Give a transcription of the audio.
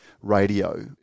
radio